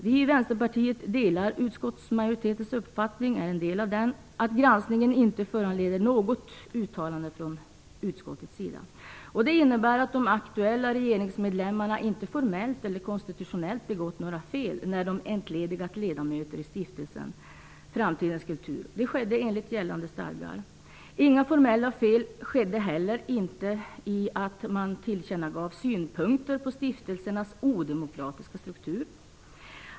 Vi i vänsterpartiet delar utskottsmajoritetens uppfattning att granskningen inte föranleder något uttalande från utskottets sida. Det innebär att de aktuella regeringsmedlemmarna inte formellt eller konstitutionellt begått några fel när de entledigat ledamöter i Stiftelsen Framtidens kultur. Det skedde enligt gällande stadgar. Inga formella fel skedde heller i och med att man tillkännagav synpunkter på stiftelsernas odemokratiska struktur.